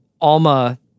Alma